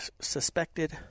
suspected